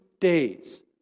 days